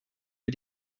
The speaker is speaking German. wir